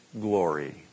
glory